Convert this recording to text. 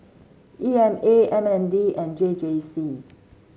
E M A M N D and J J C